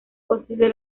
posible